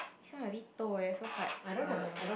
this one a bit toh eh so hard err